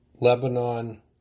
Lebanon